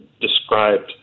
described